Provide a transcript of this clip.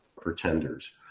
pretenders